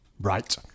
Right